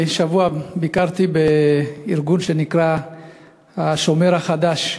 שבועיים ביקרתי בארגון שנקרא "השומר החדש".